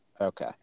okay